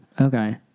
Okay